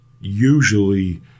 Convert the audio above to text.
usually